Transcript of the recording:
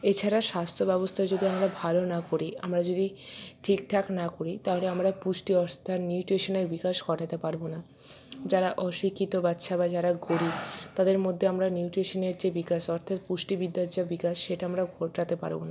এছাড়া স্বাস্থ্যব্যবস্থা যদি আমরা ভালো না করি আমরা যদি ঠিক ঠাক না করি তাহলে আমরা পুষ্টি নিউট্রিশনের বিকাশ ঘটাতে পারব না যারা অশিক্ষিত বাচ্চা বা যারা গরীব তাদের মধ্যে আমরা নিউট্রিশনের যে বিকাশ অর্থাৎ পুষ্টিবিদ্যার যে বিকাশ সেটা আমরা ঘটাতে পারব না